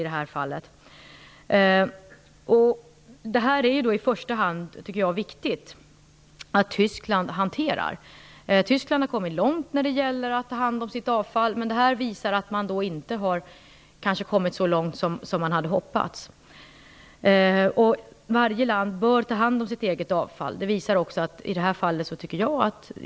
Det är viktigt att Tyskland i huvudsak hanterar detta. I Tyskland har man kommit långt när det gäller att ta hand om sitt avfall, men detta visar att man inte har kommit så långt som man hade hoppats. Varje land bör ta hand om sitt eget avfall.